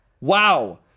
wow